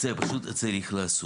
פשוט צריך לעשות.